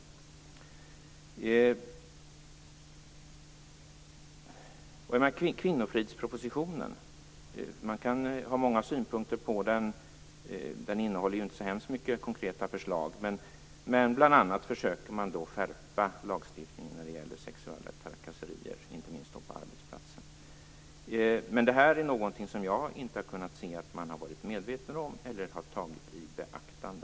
Kvinnofridspropositionen kan man ha många synpunkter på. Den innehåller inte så värst många konkreta förslag, men man försöker bl.a. skärpa lagstiftningen när det gäller sexuella trakasserier, inte minst på arbetsplatser. Men det vi nu diskuterar är någonting som jag inte har kunnat se att man har varit medveten om eller har tagit i beaktande.